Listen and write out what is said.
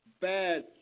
bad